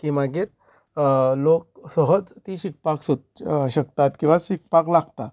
की मागीर लोक सहज ती शिकपाक सो शकतात किंवां शिकपाक लागतात